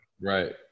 right